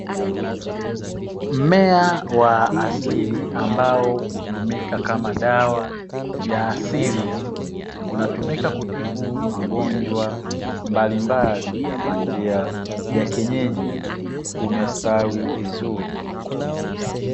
Mmea wa asili ambao hutumika kama dawa ya asili unatumika kutibu magonjwa mbalimbali kwa njia ya kienyeji umestawi vizuri.